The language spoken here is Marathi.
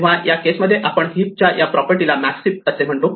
तेव्हा या केस मध्ये आपण हिप च्या या प्रॉपर्टी ला मॅक्स हीप असे म्हणतो